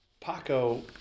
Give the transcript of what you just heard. Paco